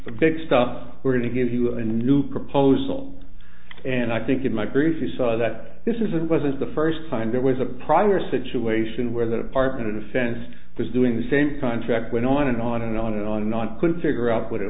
the big stuff we're going to give you a new proposal and i think in my grief you saw that this isn't wasn't the first time there was a problem or a situation where the department of defense was doing the same contract went on and on and on and on and on couldn't figure out what it